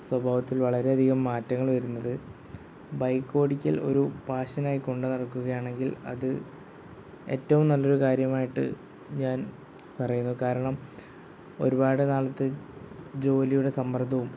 സ്വഭാവത്തിൽ വളരെ അധികം മാറ്റങ്ങൾ വരുന്നത് ബൈക്കോടിക്കൽ ഒരു പാഷനായി കൊണ്ട് നടക്കുക ആണെങ്കിൽ അത് ഏറ്റവും നല്ലൊരു കാര്യമായിട്ട് ഞാൻ പറയുന്നു കാരണം ഒരുപാട് നാളത്തെ ജോലിയുടെ സമ്മർദ്ദവും